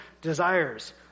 desires